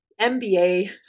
MBA